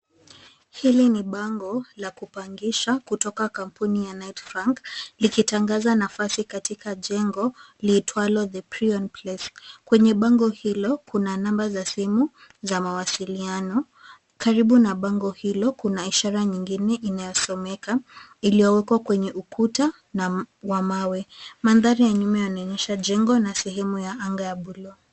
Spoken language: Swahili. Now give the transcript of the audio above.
Hili ni bango la kupangisha kutoka kampuni ya Knight Frank likitangaza nafasi katika jengo liitwalo The Prion Place. Kwenye bango hilo kuna namba za simu za mawasiliano. Karibu na bango hilo kuna ishara nhyingine inayosomeka, iliyowekwa kwenye ukuta wa mawe. Mandhari ya nyuma yanaonyesha jengo na sehemu ya anga ya buluu.